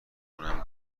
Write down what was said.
اونم